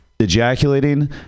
ejaculating